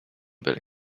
byle